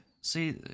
See